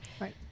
Right